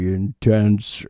intense